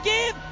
Give